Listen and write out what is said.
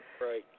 right